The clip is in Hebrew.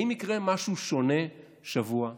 האם יקרה משהו שונה בשבוע הבא?